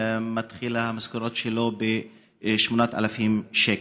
מתחילה המשכורת שלו ב-8,000 שקל.